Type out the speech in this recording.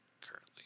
currently